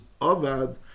avad